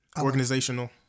Organizational